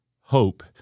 hope